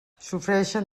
sofreixen